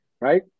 right